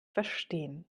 verstehen